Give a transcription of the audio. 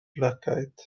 lygaid